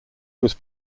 was